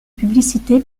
publicité